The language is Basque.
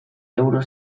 euro